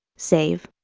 save,